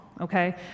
okay